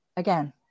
again